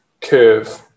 curve